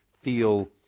feel